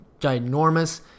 ginormous